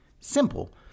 Simple